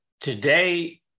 Today